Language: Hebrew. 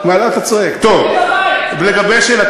מה לעשות, הוא יהיה בבית.